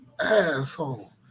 asshole